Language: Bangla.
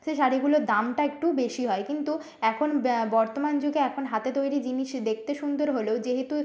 সে শাড়িগুলোর দামটা একটু বেশি হয় কিন্তু এখন বর্তমান যুগে এখন হাতে তৈরি জিনিস দেখতে সুন্দর হলেও যেহেতু